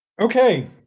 Okay